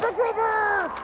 but grover!